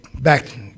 back